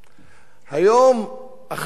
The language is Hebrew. היום אחת הסיבות